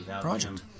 project